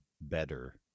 better